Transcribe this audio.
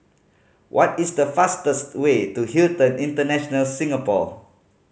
what is the fastest way to Hilton International Singapore